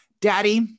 Daddy